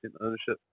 ownership